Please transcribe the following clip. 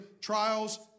trials